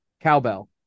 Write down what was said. cowbell